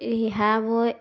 ৰিহা বৈ